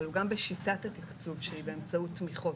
אבל הוא גם בשיטת התקצוב שהיא באמצעות תמיכות